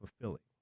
fulfilling